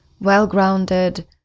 well-grounded